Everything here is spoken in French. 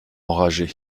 enragé